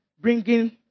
bringing